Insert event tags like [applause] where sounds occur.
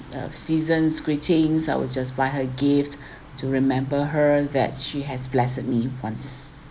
uh season's greetings I will just buy her gifts [breath] to remember her that she has blessed me once